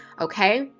okay